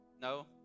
No